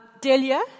Delia